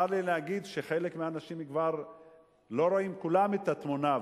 צר לי להגיד שחלק מהאנשים כבר לא רואים כולם את התמונה,